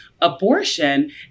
abortion